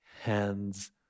hands